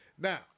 Now